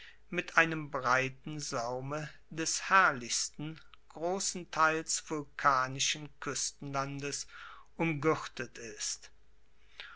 mit einem breiten saume des herrlichsten grossenteils vulkanischen kuestenlandes umguertet ist